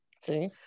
See